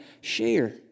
share